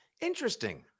Interesting